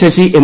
Sasi M